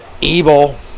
evil